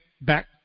back